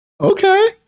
Okay